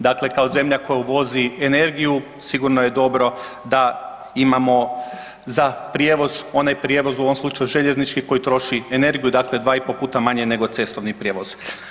Dakle, kao zemlja koja uvozi energiju sigurno je dobro da imamo za prijevoz onaj prijevoz u ovom slučaju željeznički koji troši energiju dakle 2,5 puta manje nego cestovni prijevoz.